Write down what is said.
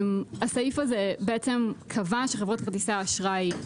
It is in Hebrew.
הסעיף הזה בעצם קבע שחברות כרטיסי אשראי,